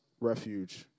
refuge